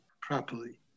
properly